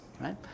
right